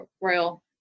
Royal